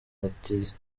ati